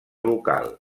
local